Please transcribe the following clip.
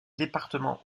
département